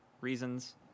reasons